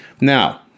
Now